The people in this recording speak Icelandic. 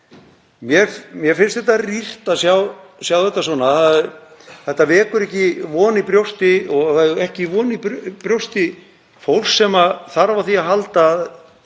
Mér finnst þetta rýrt, að sjá þetta svona. Það vekur ekki von í brjósti og ekki von í brjósti fólks sem þarf á því að halda að